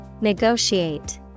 Negotiate